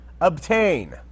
obtain